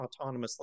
autonomously